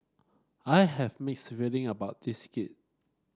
I have mixed feeling about this gig